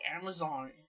Amazon